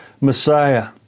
Messiah